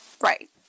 Right